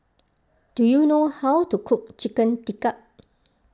do you know how to cook Chicken Tikka